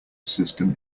system